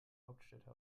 hauptstädte